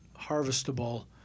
harvestable